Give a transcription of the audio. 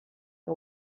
que